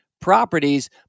properties